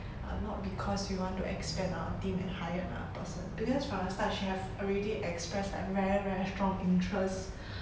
um not because we want to expand our team and hire another person because from the start she have already expressed like very very strong interest